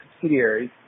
subsidiaries